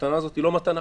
המתנה הזאת היא לא מתנה